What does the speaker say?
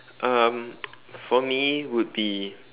um for me would be